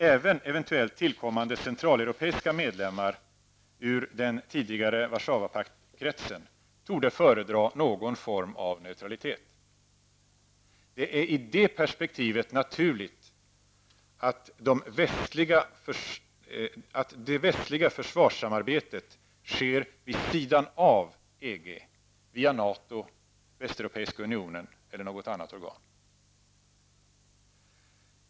Även eventuellt tillkommande centraleuropeiska medlemmar ur den tidigare Warszawapaktskretsen torde föredra någon form av neutralitet. Det är i det perspektivet naturligt att det västliga försvarssamarbetet sker vid sidan av EG via NATO, Västeuropeiska unionen eller något annat organ.